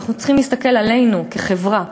אנחנו צריכים להסתכל עלינו כחברה.